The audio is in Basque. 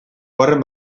horren